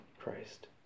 Christ